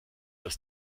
das